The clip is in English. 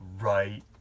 right